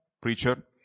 preacher